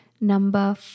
number